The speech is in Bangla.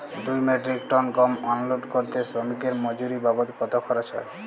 দুই মেট্রিক টন গম আনলোড করতে শ্রমিক এর মজুরি বাবদ কত খরচ হয়?